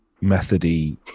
methody